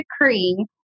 decree